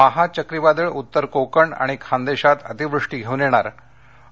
माहा चक्रीवादळ उत्तर कोकण आणि खानदेशात अतिवृष्टी घेऊन येणार आणि